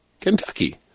Kentucky